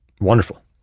wonderful